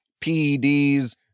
PEDs